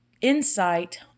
insight